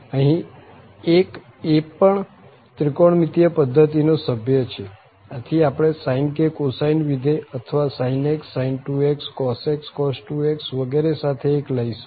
અહીં 1 એ પણ ત્રિકોણમિતિય પધ્ધતિ નો સભ્ય છે આથી આપણે sine કે cosine વિધેય અથવા sin x sin 2x cos x cos 2x વગેરે સાથે 1 લઈશું